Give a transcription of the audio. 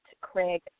Craig